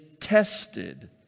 tested